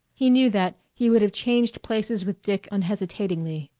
he, knew that he would have changed places with dick unhesitatingly.